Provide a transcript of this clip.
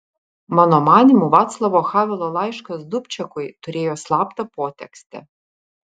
mano manymu vaclavo havelo laiškas dubčekui turėjo slaptą potekstę